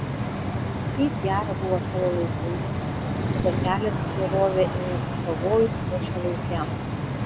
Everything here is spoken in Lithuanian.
kaip gera buvo tavo laikais kada kelias į gerovę ėjo per pavojus mūšio lauke